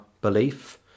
belief